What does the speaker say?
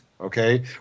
okay